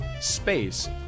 space